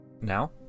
Now